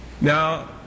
Now